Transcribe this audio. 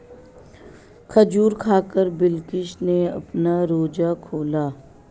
खजूर खाकर बिलकिश ने अपना रोजा खोला